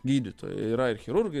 gydytojai yra ir chirurgai